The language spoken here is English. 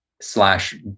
slash